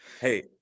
Hey